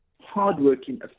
hardworking